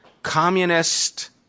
communist